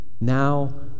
Now